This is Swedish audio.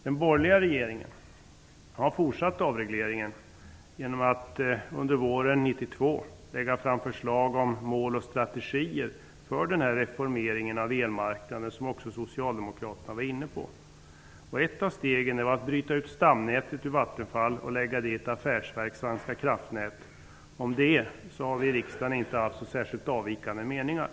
Den borgerliga regeringen har fortsatt avregleringen genom att under våren 1992 lägga fram förslag om mål och strategier för reformeringen av elmarknaden, som också Socialdemokraterna var inne på. Ett av stegen var att bryta ut stamnätet ur Vattenfall och lägga detta i ett affärsverk, Svenska kraftnät. Om detta har vi i riksdagen inte haft särskilt avvikande meningar.